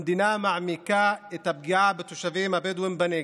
המדינה מעמיקה את הפגיעה בתושבים הבדואים בנגב.